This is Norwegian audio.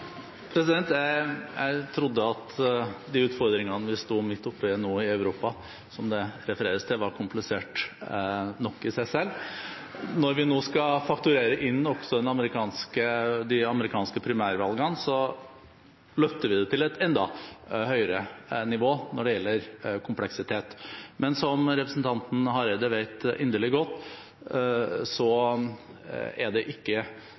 Jeg trodde at de utfordringene vi står midt oppi nå i Europa, som det refereres til, er kompliserte nok i seg selv, men når vi nå også skal fakturere inn de amerikanske primærvalgene, løfter vi det til et enda høyere nivå når det gjelder kompleksitet. Som representanten Hareide vet inderlig godt, er det ikke